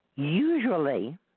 Usually